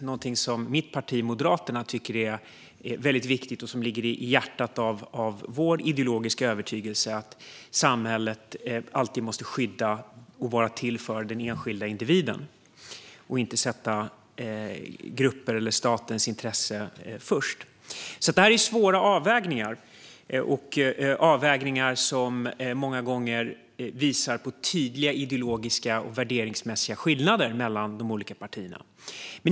Det är något som mitt parti, Moderaterna, tycker är väldigt viktigt och som ligger i hjärtat av vår ideologiska övertygelse om att samhället alltid måste skydda och vara till för den enskilda individen. Det ska inte sätta gruppers eller statens intresse först. Det handlar alltså om svåra avvägningar som många gånger visar på tydliga ideologiska och värderingsmässiga skillnader mellan de olika partierna.